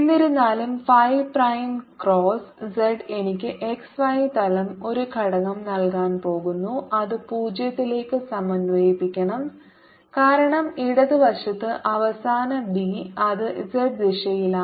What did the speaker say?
എന്നിരുന്നാലും phi prime cross z എനിക്ക് x y തലം ഒരു ഘടകം നൽകാൻ പോകുന്നു അത് 0 ലേക്ക് സമന്വയിപ്പിക്കണം കാരണം ഇടത് വശത്ത് അവസാന ബി അത് z ദിശയിലാണ്